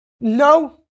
No